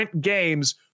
games